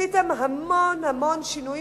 עשיתם המון המון שינויים